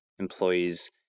employees